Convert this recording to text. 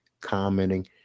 commenting